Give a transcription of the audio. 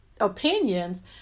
opinions